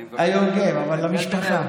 מהיוגב, אבל המשפחה.